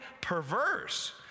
perverse